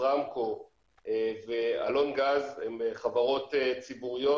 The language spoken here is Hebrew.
ישראמקו ואלון גז הן חברות ציבוריות.